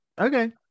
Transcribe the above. okay